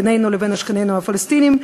בינינו לבין שכנינו הפלסטינים,